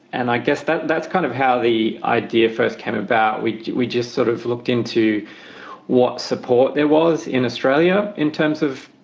and i guess that's that's kind of how the idea first came about. we we just sort of looked into what support there was in australia in terms of,